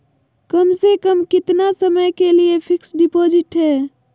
कम से कम कितना समय के लिए फिक्स डिपोजिट है?